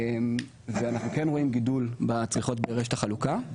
ואנחנו כן רואים גידול בצריכה ברשת החלוקה.